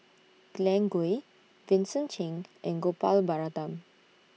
Glen Goei Vincent Cheng and Gopal Baratham